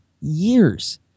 Years